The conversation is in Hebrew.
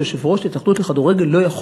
שיושב-ראש ההתאחדות לכדורגל לא יכול